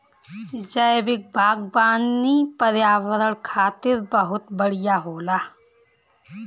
जैविक बागवानी पर्यावरण खातिर बहुत बढ़िया होला